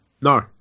No